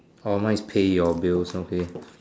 orh mine is pay your bills okay